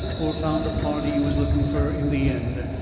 or found the party you was looking fur, in the end.